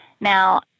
Now